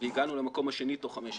והגענו למקום השני תוך חמש שנים.